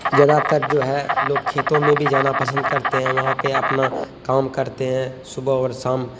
زیادہ تر جو ہے لوگ کھیتوں میں بھی جانا پسند کرتے ہیں وہاں پہ اپنا کام کرتے ہیں صبح اور شام